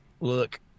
Look